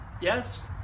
yes